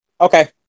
okay